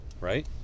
right